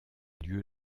lieu